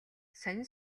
сонин